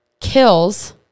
kills